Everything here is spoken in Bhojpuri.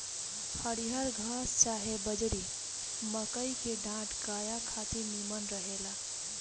हरिहर घास चाहे बजड़ी, मकई के डांठ गाया खातिर निमन रहेला